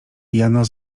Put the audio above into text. jano